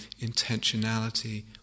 intentionality